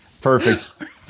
Perfect